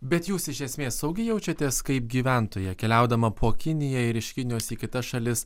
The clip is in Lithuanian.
bet jūs iš esmės saugiai jaučiatės kaip gyventoja keliaudama po kiniją ir iš kinijos į kitas šalis